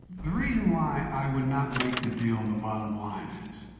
the reason why i would not make the deal, the bottom line is,